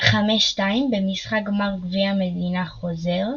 52 במשחק גמר גביע המדינה חוזר,